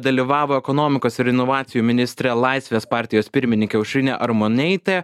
dalyvavo ekonomikos ir inovacijų ministrė laisvės partijos pirmininkė aušrinė armoneitė